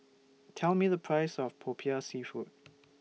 Tell Me The Price of Popiah Seafood